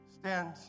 Stand